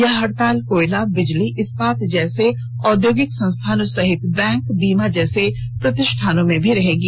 यह हड़ताल कोयला बिजली इस्पात जैसे औद्योगिक संस्थानों सहित बैंक बीमा जैसे प्रतिष्ठानों में भी रहेगी